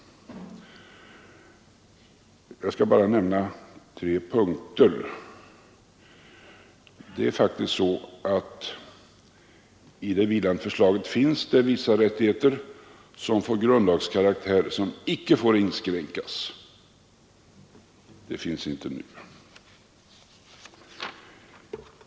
Jag skall bara nämna tre punkter. Det är faktiskt så att i det vilande förslaget finns vissa rättigheter som ges grundlagskaraktär, som icke får inskränkas. Det finns det inte nu.